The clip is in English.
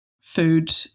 food